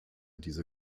diese